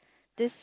this